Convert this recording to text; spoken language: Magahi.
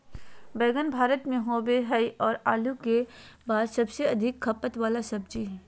बैंगन भारत में होबो हइ और आलू के बाद सबसे अधिक खपत वाला सब्जी हइ